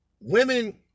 Women